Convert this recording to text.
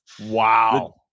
wow